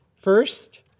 First